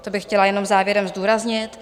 To bych chtěla jenom závěrem zdůraznit.